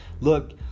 look